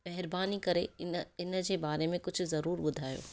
महिरबानी करे इन इन जे बारे में कुझु जरूर ॿुधायो